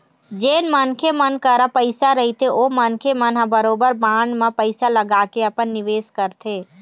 जेन मनखे मन करा पइसा रहिथे ओ मनखे मन ह बरोबर बांड म पइसा लगाके अपन निवेस करथे